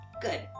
Good